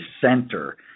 center